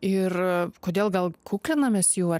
ir kodėl vėl kuklinamės jų